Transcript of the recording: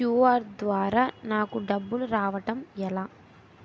QR ద్వారా నాకు డబ్బులు రావడం ఎలా?